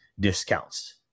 discounts